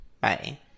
Bye